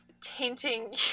tainting